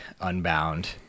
Unbound